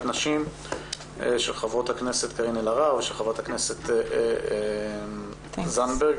נשים של חברת הכנסת קארין אלהרר וחברת הכנסת תמר זנדברג.